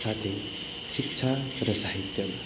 साथै शिक्षा र साहित्यमा